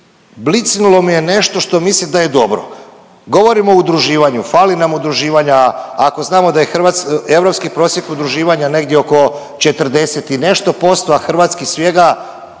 blicnulo mi je nešto što mislim da je dobro. Govorimo o udruživanju. Fali nam udruživanja, ako znamo da je europski prosjek udruživanja negdje oko 40 i nešto posto, a hrvatski svega,